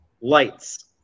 lights